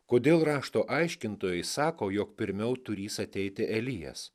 kodėl rašto aiškintojai sako jog pirmiau turįs ateiti elijas